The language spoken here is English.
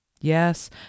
Yes